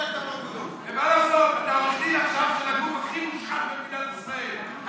אתה עכשיו עורך דין של הגוף הכי מושחת במדינת ישראל.